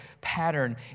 pattern